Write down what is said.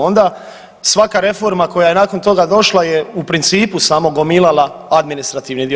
Onda svaka reforma koja je nakon toga došla je u principu samo gomilala administrativni dio.